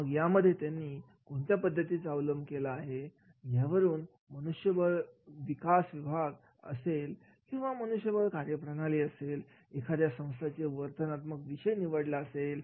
मग यामध्ये त्यांनी कोणत्या पद्धतीचा अवलंब केला आहे यावरून मनुष्यबळ विकास विभाग असेल किंवा मनुष्यबळ कार्यप्रणाली असेल एखाद्या संस्थात्मक वर्तनाचे विषय निवडला असेल